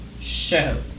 show